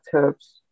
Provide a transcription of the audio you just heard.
tips